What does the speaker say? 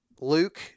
Luke